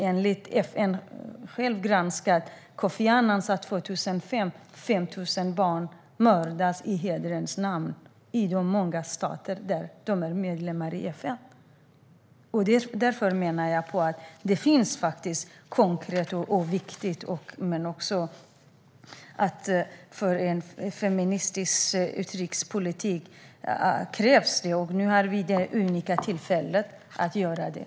Enligt FN:s egen granskning - Kofi Annan sa detta 2005 - mördas över 5 000 barn i hederns namn i många stater som är medlemmar i FN. Därför menar jag att detta är konkret och viktigt och att det krävs att en feministisk utrikespolitik tar upp detta. Nu har vi det unika tillfället att göra det.